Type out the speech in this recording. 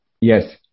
Yes